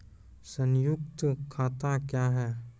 संयुक्त खाता क्या हैं?